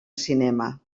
cinema